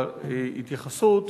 על ההתייחסות.